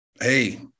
hey